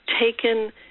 taken